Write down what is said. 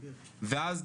ואז,